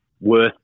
worth